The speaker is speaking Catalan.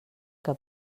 que